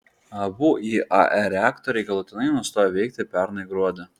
abu iae reaktoriai galutinai nustojo veikti pernai gruodį